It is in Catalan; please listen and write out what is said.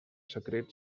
secrets